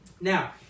Now